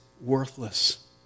worthless